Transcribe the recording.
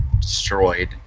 destroyed